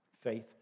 Faith